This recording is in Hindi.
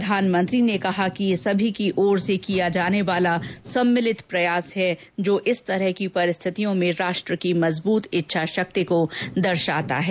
प्रधानमंत्री ने कहा कि यह सभी की ओर से किया जाने वाला सम्मिलित प्रयास है जो इस तरह की परिस्थितियों में राष्ट्र की मजबूत इच्छाशक्ति को दर्शाता है